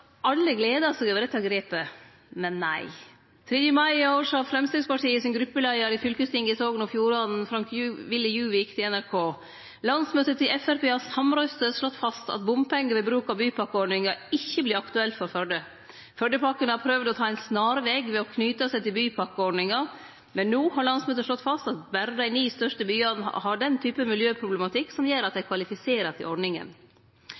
alle gleder seg over dette grepet, men nei. Den 3. mai i år sa Framstegspartiets gruppeleiar i fylkestinget i Sogn og Fjordane, Frank Willy Djuvik, til NRK: «Landsmøtet har samrøystes slått fast at bompengar ved bruk av bypakkeordninga ikkje blir aktuelt for Førde. Førdepakken har prøvd å ta ein snarveg ved å knyte seg til bypakkeordninga, men no har landsmøtet slått fast at berre dei ni største byane har den type miljøproblematikk som gjer at dei kvalifiserer til ordninga.»